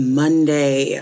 monday